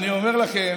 אני אומר לכם